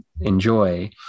enjoy